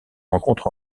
rencontre